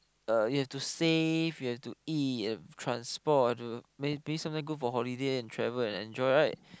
you have to save you have to eat transport maybe sometime go for holiday travel and enjoy right